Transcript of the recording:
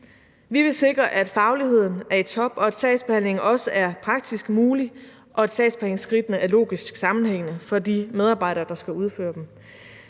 Vi vil sikre, at fagligheden er i top, og at sagsbehandlingen også er praktisk mulig, og at sagsbehandlingsskridtene er logisk sammenhængende for de medarbejdere, der skal udføre dem.